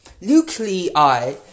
nuclei